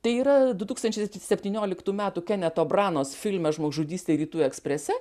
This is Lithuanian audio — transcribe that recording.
tai yra du tūkstančiai septyniolitų metų keneto branos filme žmogžudystė rytų eksprese